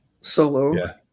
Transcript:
solo